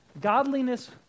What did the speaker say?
Godliness